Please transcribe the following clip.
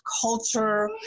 culture